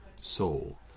soul